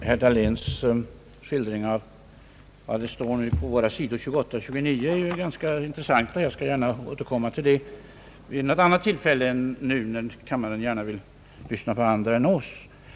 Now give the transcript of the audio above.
Herr talman! Herr Dahléns skildring på sidorna 28 och 29 i hans anförande är ganska intressant. Jag skall gärna återkomma till dem vid ett annat tillfälle än detta, då kammaren nog gärna vill lyssna på andra talare än herr Dahlén och mig.